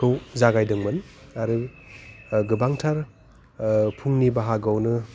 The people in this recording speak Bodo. खौ जागायदोंमोन आरो गोबांथार फुंनि बाहागोआवनो